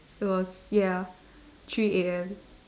it was ya three A_M